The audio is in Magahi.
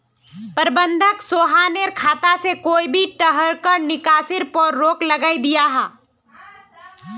प्रबंधक सोहानेर खाता से कोए भी तरह्कार निकासीर पोर रोक लगायें दियाहा